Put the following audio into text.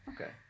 Okay